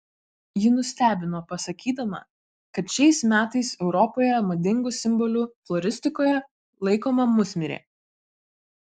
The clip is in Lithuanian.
ji nustebino pasakydama kad šiais metais europoje madingu simboliu floristikoje laikoma musmirė